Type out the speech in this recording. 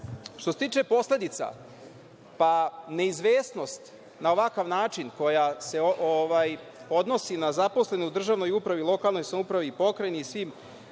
se tiče posledica, pa neizvesnost, na ovakav način, koja se odnosi na zaposlene u državnoj upravi, lokalnoj samoupravi, pokrajini i svim